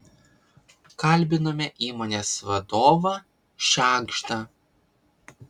kalbinome įmonės vadovą šegždą